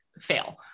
fail